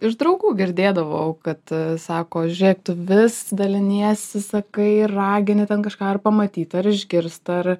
iš draugų girdėdavau kad sako žiūrėk tu vis daliniesi sakai ragini ten kažką ar pamatyt ar išgirst ar